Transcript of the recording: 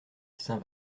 saint